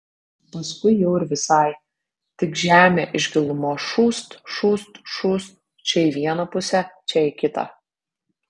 paskui jau ir visai tik žemė iš gilumos šūst šūst šūst čia į vieną pusę čia į kitą